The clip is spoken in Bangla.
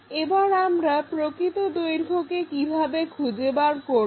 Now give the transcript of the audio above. এবার আমরা প্রকৃত দৈর্ঘ্যকে কিভাবে খুঁজে বার করব